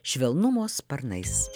švelnumo sparnais